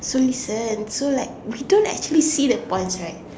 so listen so like we don't actually see the points right